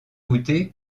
coûté